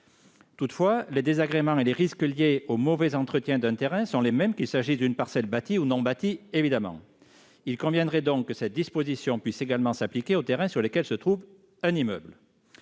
Toutefois, les désagréments et les risques liés au mauvais entretien d'un terrain sont les mêmes qu'il s'agisse d'une parcelle bâtie ou non bâtie. Il conviendrait donc que cette disposition puisse également s'appliquer aux terrains sur lesquels se trouve un immeuble.